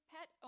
Pet